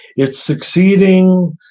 it's succeeding,